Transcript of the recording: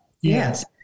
Yes